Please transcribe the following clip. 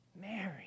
Mary